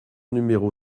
numéro